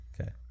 Okay